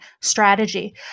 strategy